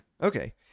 Okay